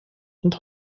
und